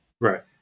Right